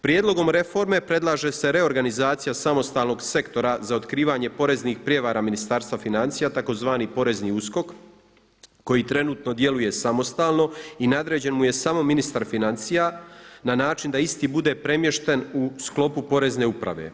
Prijedlogom reforme predlaže se reorganizacija samostalnog sektora za otkrivanje poreznih prijevara Ministarstva financija, tzv. porezni USKOK, koji trenutno djeluje samostalno i nadređen mu je samo ministar financija na način da isti bude premješten u sklopu Porezne uprave.